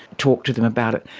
talk to them about it.